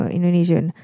Indonesian